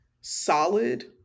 solid